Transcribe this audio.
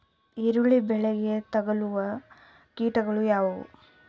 ಈರುಳ್ಳಿ ಬೆಳೆಗೆ ತಗಲುವ ಕೀಟಗಳು ಯಾವುವು?